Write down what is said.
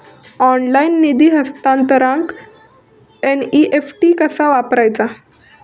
Online निधी हस्तांतरणाक NEFT कसा वापरायचा?